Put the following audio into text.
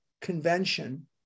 convention